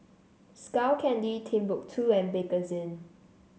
Skull Candy Timbuk two and Bakerzin